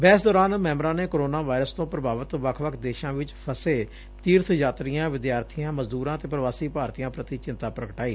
ਬਹਿਸ ਦੌਰਾਨ ਸੈਂਬਰਾਂ ਨੇ ਕਰੋਨਾ ਵਾਇਰਸ ਤੋਂ ਪ੍ਰਭਾਵਿਤ ਵੱਖ ਵੱਖ ਦੇਸ਼ਾਂ ਵਿਚ ਫਸੇ ਤੀਰਬ ਯਾਤਰੀਆਂ ਵਿਦਿਆਰਬੀਆਂ ਮਜਦੂਰ ਅਤੇ ਪ੍ਰਵਾਸੀ ਭਾਰਤੀਆਂ ਪ੍ਰਤੀ ਚਿੰਤਾ ਪ੍ਰਗਟਾਈ